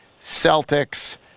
Celtics